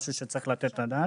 משהו שצריך לתת עליו את הדעת.